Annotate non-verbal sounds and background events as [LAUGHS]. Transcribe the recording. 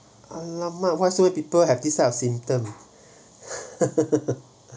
alamak why so many people have this type of symptom [LAUGHS]